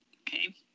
okay